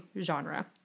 genre